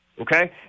okay